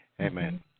Amen